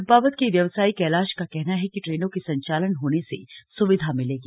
चंपावत के व्यवसायी कैलाश का कहना है कि ट्रेनों के संचालन होने से सुविधा मिलेगी